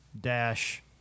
dash